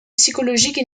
psychologique